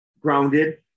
grounded